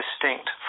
distinct